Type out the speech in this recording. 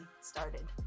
started